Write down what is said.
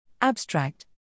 Abstract